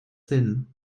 hin